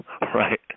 Right